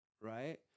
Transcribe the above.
right